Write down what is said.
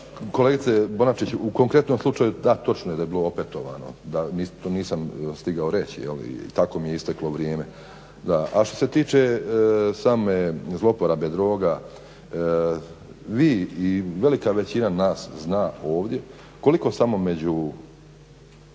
Kolegice Bonačić u konkretnom slučaju, da točno je da je bilo opetovano da tu nisam stigao reći i tako mi je isteklo vrijeme. Da, a što se tiče same zlouporabe droga, vi i velika većina nas zna ovdje koliko samo među